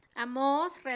Amos